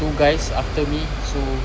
two guys after me so